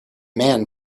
man